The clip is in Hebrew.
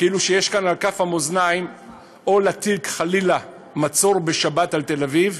כאילו יש כאן על כפות המאזניים או להטיל חלילה מצור בשבת על תל-אביב,